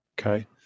Okay